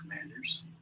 Commanders